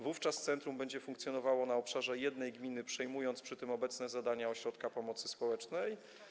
Wówczas centrum będzie funkcjonowało na obszarze jednej gminy, przejmując przy tym obecne zadania ośrodka pomocy społecznej.